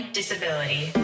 disability